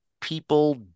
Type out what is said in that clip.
people